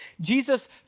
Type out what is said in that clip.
Jesus